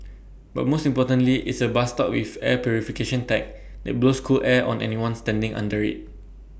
but most importantly it's A bus stop with air purification tech that blows cool air on anyone standing under IT